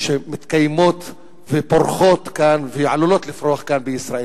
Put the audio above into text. שמתקיימות ועלולות לפרוח כאן בישראל.